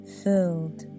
filled